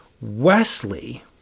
Wesley